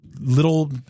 little